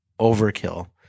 overkill